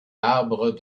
arbres